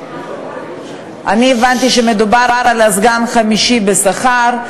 אני הבנתי שמדובר על סגן חמישי בשכר,